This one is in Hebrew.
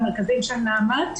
למרכזים של נעמ"ת.